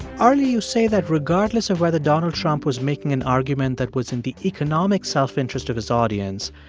arlie, you say that regardless of whether donald trump was making an argument that was in the economic self-interest of his audience,